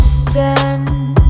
stand